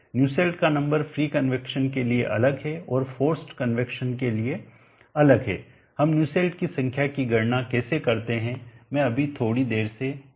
Nusselt का number free convection के लिए अलग है और फोर्सड कन्वैक्शन के लिए अलग है हम न्यूसेल्ट की संख्या की गणना कैसे करते हैं मैं अभी थोड़ी देर चर्चा करूंगा